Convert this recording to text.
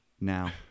now